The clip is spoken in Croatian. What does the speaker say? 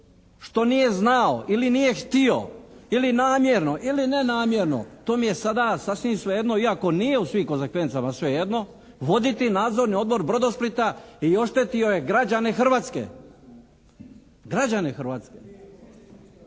što nije znao ili nije htio ili namjerno ili nenamjerno, to mi je sada sasvim svejedno iako nije u svim konzekvencama svejedno, voditi Nadzorni odbor Brodosplita i oštetio je građane Hrvatske. Građane Hrvatske.